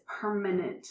permanent